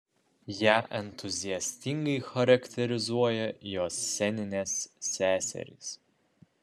ją entuziastingai charakterizuoja jos sceninės seserys